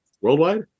Worldwide